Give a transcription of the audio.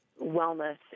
wellness